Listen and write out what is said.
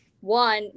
one